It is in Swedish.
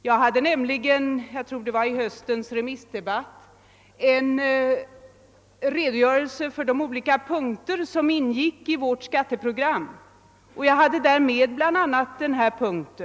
Jag tror det var i höstens remissdebatt som jag lämnade en redogörelse för de olika punkterna i vårt skatteprogram och därvid nämnde bl.a. denna punkt.